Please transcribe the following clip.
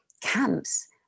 camps